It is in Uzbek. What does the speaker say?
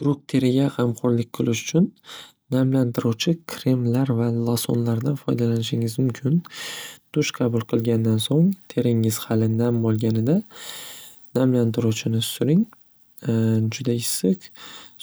Quruq teriga g'amxo'rlik qilish uchun namlantiruvchi kremlar va losonlardan foydalanishingiz mumkin. Dush qabul qilgandan so'ng teringiz hali nam bo'lganida namlantiruvchini suring juda issiq